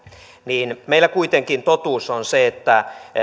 niin meillä kuitenkin totuus on se että